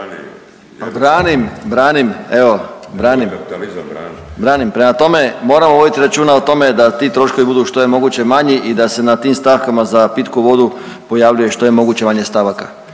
ne razumije se./… Prema tome, moramo voditi računa o tome da ti troškovi budu što je moguće manji i da se na tim stavkama za pitku vodu pojavljuje što je moguće manje stavaka.